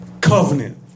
covenant